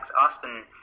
Austin